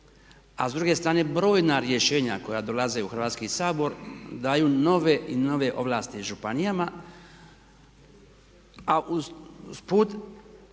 a s druge strane brojna rješenja koja dolaze u Hrvatski sabor daju nove i nove ovlasti županijama. A usput